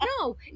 No